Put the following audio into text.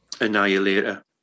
Annihilator